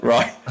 Right